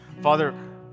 Father